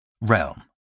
Realm